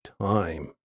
time